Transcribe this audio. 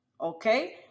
Okay